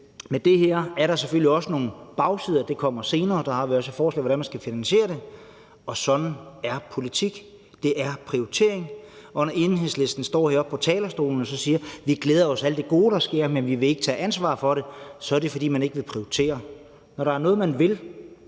med det her er der selvfølgelig også nogle bagsider. Det kommer vi til senere. Der har vi også et forslag til, hvordan man skal finansiere det. Og sådan er politik; det er prioritering. Og når Enhedslisten står heroppe på talerstolen og siger, at man glæder sig over alt det gode, der sker, men at man vil ikke tage ansvar for det, så er det, fordi man ikke vil prioritere. Når der er noget, man vil,